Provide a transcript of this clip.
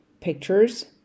pictures